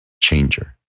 changer